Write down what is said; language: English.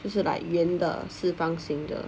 就是 like 圆的四方形的